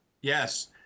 Yes